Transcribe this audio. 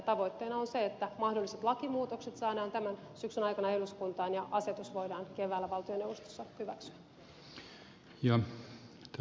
tavoitteena on se että mahdolliset lakimuutokset saadaan tämän syksyn aikana eduskuntaan ja asetus voidaan keväällä valtioneuvostossa hyväksyä